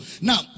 Now